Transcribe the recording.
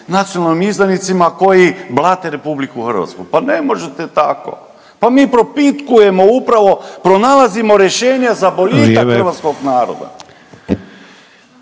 nacionalnim izdajnicima koji blate Republiku Hrvatsku. Pa ne možete tako! Pa mi propitkujemo upravo, pronalazimo rješenje za boljitak hrvatskog naroda.